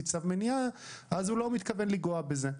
צו מניעה אז הוא לא מתכוון לגעת בזה.